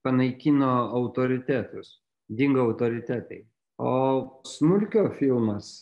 panaikino autoritetus dingo autoritetai o smulkio filmas